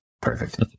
Perfect